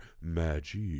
magic